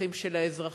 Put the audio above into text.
לצרכים של האזרחים,